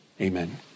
Amen